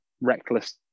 reckless